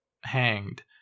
hanged